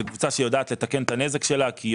זו קבוצה שיודעת לתקן את הנזק שלה,